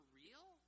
real